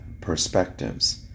perspectives